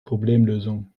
problemlösung